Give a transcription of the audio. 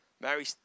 Mary